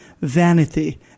vanity